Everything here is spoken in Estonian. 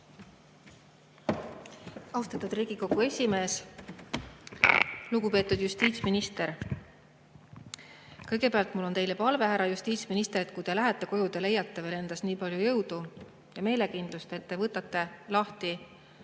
Austatud Riigikogu esimees! Lugupeetud justiitsminister! Kõigepealt mul on teile palve, härra justiitsminister, et kui te lähete koju, siis ehk leiate veel endas nii palju jõudu ja meelekindlust, et te võtate lahti